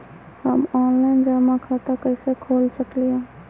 हम ऑनलाइन जमा खाता कईसे खोल सकली ह?